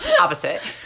Opposite